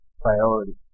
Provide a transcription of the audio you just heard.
priority